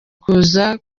kuza